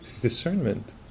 discernment